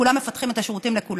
כולם מפתחים את השירותים לכולם,